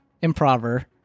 improver